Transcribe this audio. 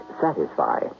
satisfy